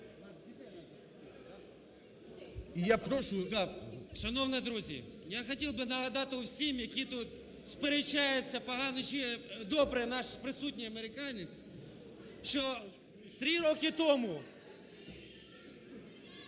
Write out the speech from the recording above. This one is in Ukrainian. Г.В. Шановні друзі, я хотів би нагадати всім, які тут сперечаються погано чи добре, наш присутній американець, що три роки тому.